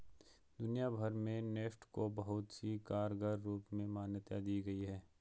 दुनिया भर में नेफ्ट को बहुत ही कारगर रूप में मान्यता दी गयी है